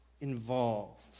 involved